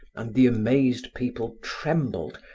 and the amazed people trembled,